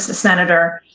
senator.